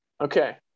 Okay